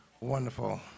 wonderful